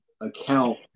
account